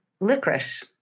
licorice